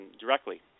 directly